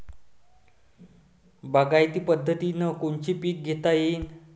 बागायती पद्धतीनं कोनचे पीक घेता येईन?